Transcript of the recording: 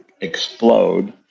explode